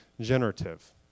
generative